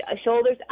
shoulders